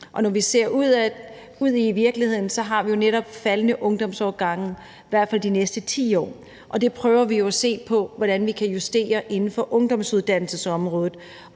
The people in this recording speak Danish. Når vi ser ud i virkeligheden, har vi faldende ungdomsårgange, i hvert fald de næste 10 år, og vi prøver jo at se på, hvordan vi kan justere inden for ungdomsuddannelsesområdet.